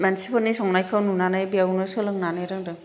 मानसिफोरनि संनायखौ नुनानै बेवनो सोलोंनानै रोंदों